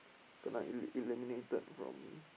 kena eli~ eliminated from